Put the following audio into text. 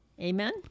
Amen